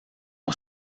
ont